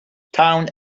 town